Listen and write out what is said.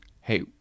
hey